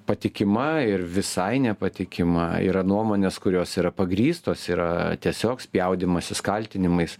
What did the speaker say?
patikima ir visai nepatikima yra nuomonės kurios yra pagrįstos yra tiesiog spjaudymasis kaltinimais